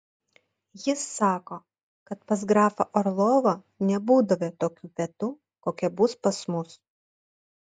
jis sako kad pas grafą orlovą nebūdavę tokių pietų kokie bus pas mus